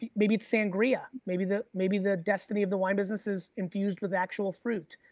but maybe it's sangria, maybe the maybe the destiny of the wine business is infused with actual fruit,